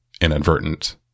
inadvertent